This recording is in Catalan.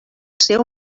seu